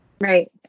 Right